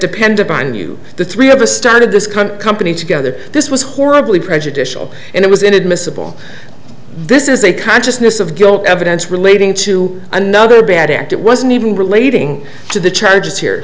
depended on you the three of us started this country company together this was horribly prejudicial and it was inadmissible this is a consciousness of guilt evidence relating to another bad act it wasn't even relating to the charges here